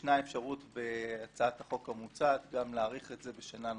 וישנה אפשרות בהצעת החוק המוצעת גם להאריך את זה בשנה נוספת.